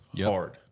hard